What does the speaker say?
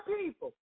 people